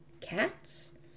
cats